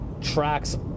tracks